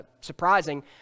surprising